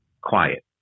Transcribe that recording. quiet